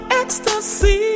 ecstasy